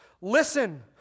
Listen